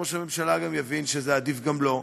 שגם ראש הממשלה יבין שזה עדיף גם לו,